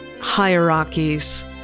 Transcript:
hierarchies